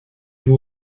vous